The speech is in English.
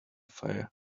fire